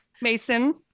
Mason